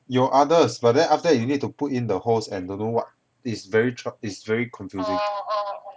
有 others but then after that you need to put in the host and don't know what is very troub~ is very confusing